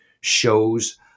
shows